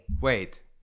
Wait